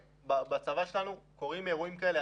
בצבא שלנו עדיין קורים אירועים כאלה.